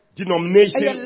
denomination